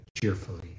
cheerfully